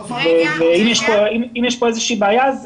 אם יש פה איזושהי בעיה אז